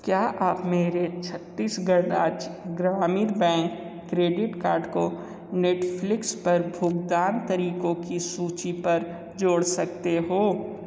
क्या आप मेरे छत्तीसगढ़ राज्य ग्रामीण बैंक क्रेडिट कार्ड को नेटफ़्लिक्स पर भुगतान तरीकों की सूची पर जोड़ सकते हो